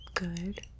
Good